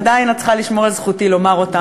אבל עדיין את צריכה לשמור על זכותי לומר אותם.